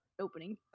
opening